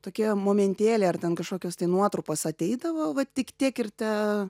tokie momentėliai ar ten kažkokios tai nuotrupos ateidavo va tik tiek ir te